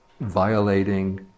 violating